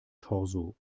torso